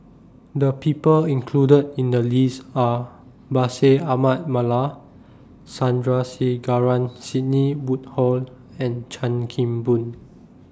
The People included in The list Are Bashir Ahmad Mallal Sandrasegaran Sidney Woodhull and Chan Kim Boon